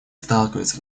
сталкивается